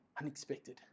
unexpected